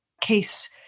case